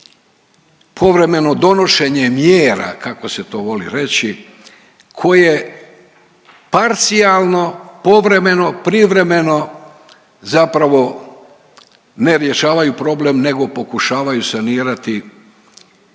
povremeno donošenje mjera kako se to voli reći koje parcijalno, povremeno, privremeno zapravo ne rješavaju problem, nego pokušavaju sanirati